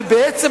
ובעצם,